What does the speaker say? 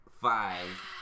five